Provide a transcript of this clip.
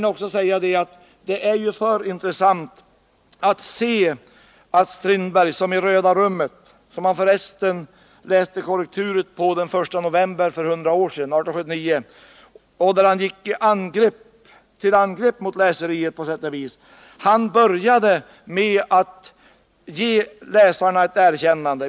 Det är intressant att se att August Strindberg, som i Röda rummet som han för resten läste korrektur på den 1 november för 100 år sedan — på sätt och vis gick till angrepp mot läseriet, började med att ge läsarna ett erkännande.